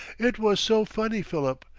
it was so funny, philip.